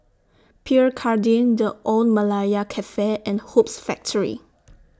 Pierre Cardin The Old Malaya Cafe and Hoops Factory